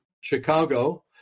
Chicago